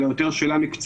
אלא גם יותר שאלה מקצועית